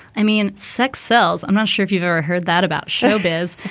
i mean, sex sells. i'm not sure if you've ever heard that about showbiz,